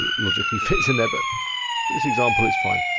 ah logically fits in there, but for this example, it's fine.